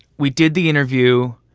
we did the interview.